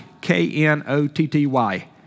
k-n-o-t-t-y